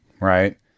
right